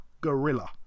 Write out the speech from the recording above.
Gorilla